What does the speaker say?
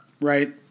Right